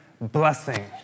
blessing